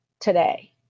today